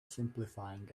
simplifying